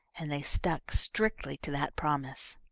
and they stuck strictly to that promise.